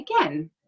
again